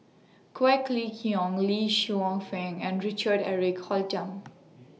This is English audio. Quek Ling Kiong Li and Richard Eric Holttum